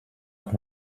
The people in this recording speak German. auch